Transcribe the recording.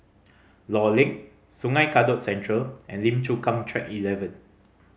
Law Link Sungei Kadut Central and Lim Chu Kang Track Eleven